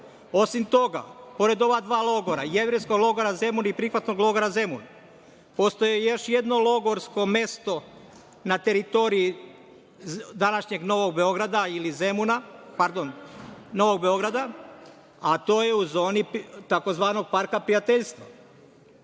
toga, pored ova dva logora, „Jevrejskog logora Zemun“ i „Prihvatnog logora Zemun“, postojalo je još jedno logorsko mesto na teritoriji današnjeg Novog Beograda ili Zemuna, pardon, Novog Beograda, a to je u zoni tzv. Parka prijateljstva,